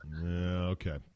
Okay